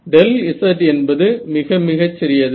Δz என்பது மிக மிகச் சிறியது